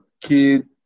kid